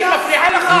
הגנה על נשים מפריעה לך?